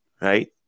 right